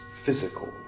physical